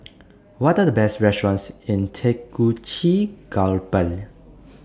What Are The Best restaurants in Tegucigalpa